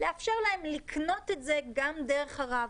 לאפשר להם לקנות את זה גם דרך הרב-קו.